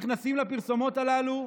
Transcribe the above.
נכנסים לפרסומות הללו,